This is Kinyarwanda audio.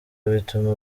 bituma